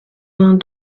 vingt